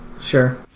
Sure